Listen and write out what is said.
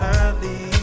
early